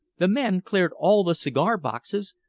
the men cleared all the cigar-boxes,